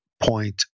point